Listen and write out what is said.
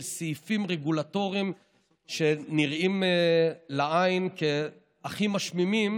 של סעיפים רגולטוריים שנראים לעין כהכי משמימים,